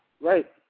Right